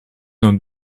d’un